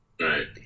Right